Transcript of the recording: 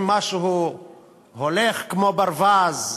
אם משהו הולך כמו ברווז,